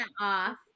off